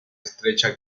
estrecha